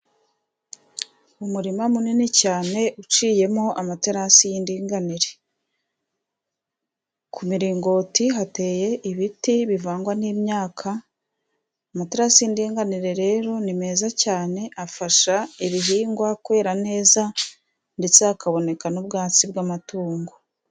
Umurima munini cyane uciyemo amaterasi y'indinganire ku miringoti hateye ibiti bivangwa n'imyaka. Amaterasi y'indinganire rero ni meza cyane afasha ibihingwa kwera neza ndetse hakaboneka n'ubwatsi bw'amatungo.